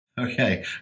Okay